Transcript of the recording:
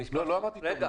לא, לא אמרתי תום לב.